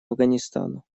афганистану